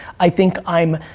i think i'm,